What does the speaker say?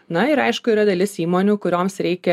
na ir aišku yra dalis įmonių kurioms reikia